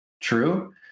True